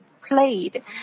Played